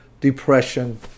depression